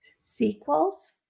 Sequels